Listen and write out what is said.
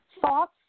thoughts